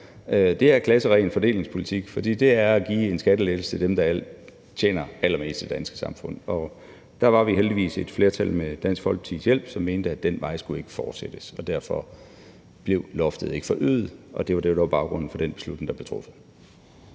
her, er klassebestemt fordelingspolitik, for det er at give en skattelettelse til dem, der tjener allermest i det danske samfund. Der var vi heldigvis et flertal med Dansk Folkepartis hjælp, som mente, at vi ikke skulle fortsætte med at gå ad den vej, og derfor blev loftet ikke forhøjet. Det var det, der var baggrunden for den beslutning, der blev truffet.